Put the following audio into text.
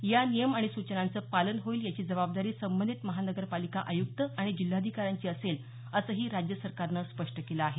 या नियम आणि सूचनांचं पालन होईल याची जबाबदारी संबंधित महानगरपालिका आयुक्त आणि जिल्हाधिकाऱ्यांची असेल असं राज्य सरकारनं स्पष्ट केलं आहे